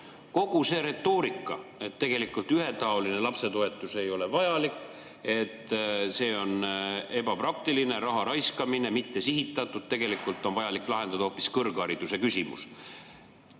Kogu see retoorika, et ühetaoline lapsetoetus ei ole vajalik, see on ebapraktiline raha raiskamine, mitte sihitatud, tegelikult on vajalik lahendada hoopis kõrghariduse küsimus.